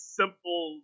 simple